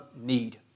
need